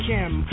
Kim